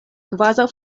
kvazaŭ